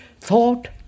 Thought